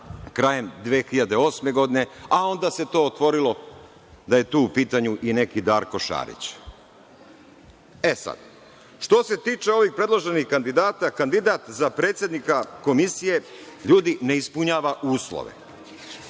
krajem 2008. godine, a onda se to otvorilo, da je tu u pitanju i neki Darko Šarić.E, sad, što se tiče ovih predloženih kandidata, kandidat za predsednika Komisije, ljudi, ne ispunjava uslove.